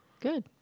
Good